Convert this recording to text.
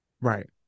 Right